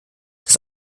dass